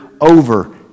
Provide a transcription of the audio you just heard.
over